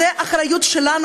זו האחריות שלנו,